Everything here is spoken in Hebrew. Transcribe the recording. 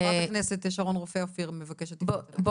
חברת הכנסת שרון רופא אופיר מבקשת לשאול אותך שאלה.